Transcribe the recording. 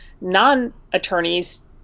non-attorneys